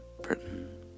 Britain